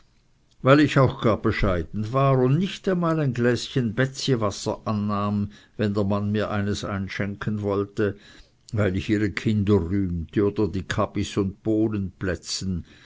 weil ich auch gar bescheiden war und nicht einmal ein gläschen bätziwasser annahm wenn der mann mir eines einschenken wollte weil ich ihre kinder rühmte oder die